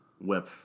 whip